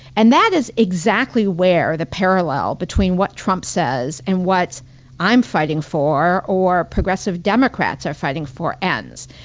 and that is exactly where the parallel between what trump says and what i'm fighting for or progressive democrats are fighting for ends.